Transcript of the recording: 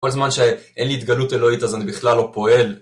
כל זמן שאין לי התגלות אלוהית אז אני בכלל לא פועל.